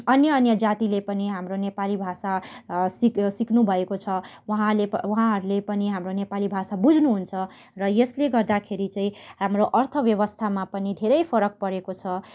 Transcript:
अन्य अन्य जातिले पनि हाम्रो नेपाली भाषा सिक सिक्नु भएको छ वहाँले उहाँहरूले पनि हाम्रो नेपाली भाषा बुझ्नु हुन्छ र यसले गर्दाखेरि चाहिँ हाम्रो अर्थ व्यवस्थामा पनि धेरै फरक परेको छ